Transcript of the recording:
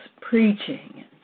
preaching